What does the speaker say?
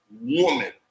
woman